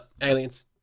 Aliens